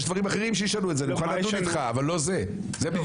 יש דברים אחרים שישנו את זה.